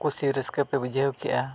ᱠᱷᱩᱵᱽ ᱠᱩᱥᱤ ᱨᱟᱹᱥᱠᱟᱹ ᱯᱮ ᱵᱩᱡᱷᱟᱹᱣ ᱠᱮᱜᱼᱟ